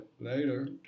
Later